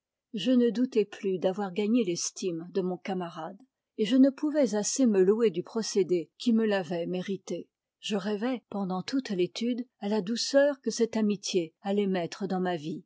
je ne doutais plus d'avoir gagné l'estime de mon camarade et je ne pouvais assez me louer du procédé qui me l'avait méritée je rêvai pendant toute l'étude à la douceur que cette amitié allait mettre dans ma vie